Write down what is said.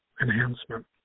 enhancement